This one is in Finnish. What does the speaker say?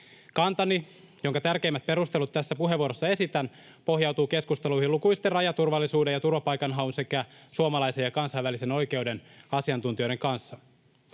Kantani, jonka tärkeimmät perustelut tässä puheenvuorossa esitän, pohjautuu keskusteluihin lukuisten rajaturvallisuuden ja turvapaikanhaun sekä suomalaisen ja kansainvälisen oikeuden asiantuntijoiden kanssa.